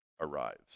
arrives